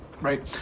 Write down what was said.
right